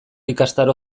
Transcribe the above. ikastaro